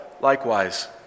likewise